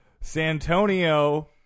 Santonio